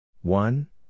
One